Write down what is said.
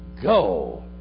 Go